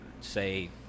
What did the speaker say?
say